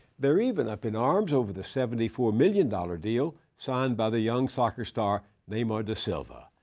they're even up in arms over the seventy four million dollars deal signed by the young soccer star neymar da silva.